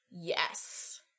Yes